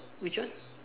which one